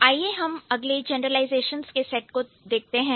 आइए हम अगले जनरलाइजेशंस के सेट को देखते हैं